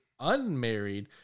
unmarried